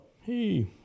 Hey